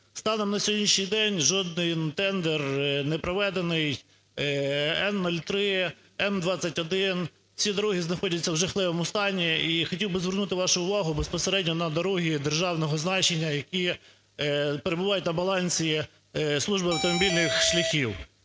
Станом на сьогоднішній день жодний тендер не проведений. М-03, М-21 – ці дороги знаходяться в жахливому стані. І хотів би звернути вашу увагу безпосередньо на дороги державного значення, які перебувають на балансі Служби автомобільних шляхів.